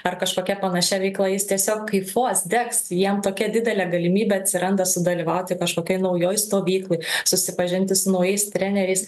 ar kažkokia panašia veikla jis tiesiog kaifuos degs jam tokia didelė galimybė atsiranda sudalyvauti kažkokioj naujoj stovykloj susipažinti su naujais treneriais